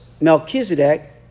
melchizedek